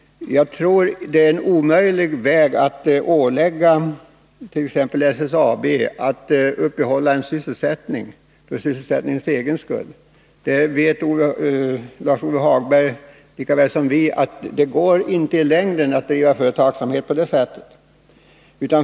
Jag tror att det är omöjligt att ålägga t.ex. SSAB att uppehålla en sysselsättning för sysselsättningens egen skull. Lars-Ove Hagberg vet lika väl som vi att det i längden inte går att driva företagsamhet på det sättet.